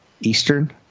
Eastern